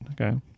Okay